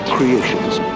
Creation's